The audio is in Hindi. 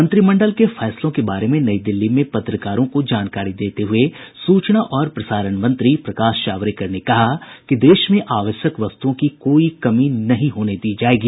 मंत्रिमंडल के फैसलों के बारे में नई दिल्ली में पत्रकारों को जानकारी देते हुए सूचना और प्रसारण मंत्री प्रकाश जावड़ेकर ने कहा कि देश में आवश्यक वस्तुओं की कोई कमी नहीं होने दी जाएगी